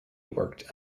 worked